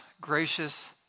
gracious